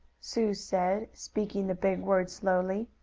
sue said, speaking the big word slowly.